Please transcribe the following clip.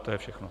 To je všechno.